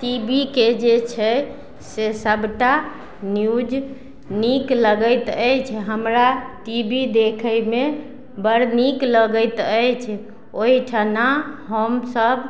T V के जे छै से सभटा न्यूज नीक लगैत अछि हमरा टी वी देखयमे बड़ नीक लगैत अछि ओहिठना हमसभ